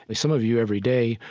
but some of you every day,